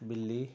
ਬਿੱਲੀ